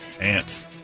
Ants